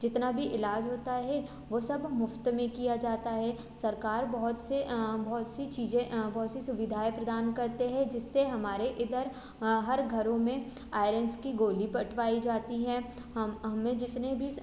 जितना भी इलाज होता है वो सब मुफ़्त में किया जाता है सरकार बहुत से बहुत सी चीज़ें बहुत सी सुविधाएँ प्रदान करते हैं जिससे हमारे इधर हर घरों में आयरंस की गोली बटवाई जाती है हम हमें जितने भी